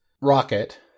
rocket